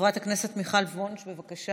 חברת הכנסת מיכל וונש, בבקשה.